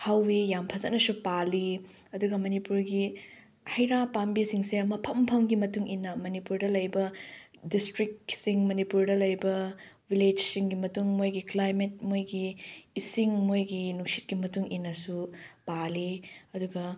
ꯍꯧꯋꯤ ꯌꯥꯝ ꯐꯖꯅꯁꯨ ꯄꯥꯜꯂꯤ ꯑꯗꯨꯒ ꯃꯅꯤꯄꯨꯔꯒꯤ ꯍꯩꯔꯥ ꯄꯥꯟꯕꯤꯁꯤꯡꯁꯦ ꯃꯐꯝ ꯃꯐꯝꯒꯤ ꯃꯇꯨꯡꯏꯟꯅ ꯃꯅꯤꯄꯨꯔꯗ ꯂꯩꯕ ꯗꯤꯁꯇ꯭ꯔꯤꯛꯁꯤꯡ ꯃꯅꯤꯄꯨꯔꯗ ꯂꯩꯕ ꯚꯤꯜꯂꯦꯖꯁꯤꯡꯒꯤ ꯃꯇꯨꯡ ꯃꯣꯏꯒꯤ ꯀ꯭ꯂꯥꯏꯃꯦꯠ ꯃꯣꯏꯒꯤ ꯏꯁꯤꯡ ꯃꯣꯏꯒꯤ ꯅꯨꯡꯁꯤꯠꯀꯤ ꯃꯇꯨꯡ ꯏꯟꯅꯁꯨ ꯄꯥꯜꯂꯤ ꯑꯗꯨꯒ